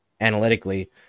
analytically